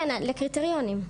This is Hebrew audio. לקריטריונים.